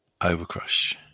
overcrush